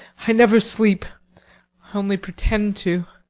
i never sleep. i only pretend to.